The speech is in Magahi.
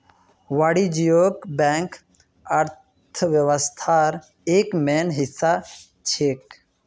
वाणिज्यिक बैंक अर्थव्यवस्थार एक मेन हिस्सा छेक